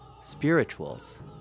spirituals